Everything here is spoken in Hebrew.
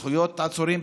זכויות עצורים,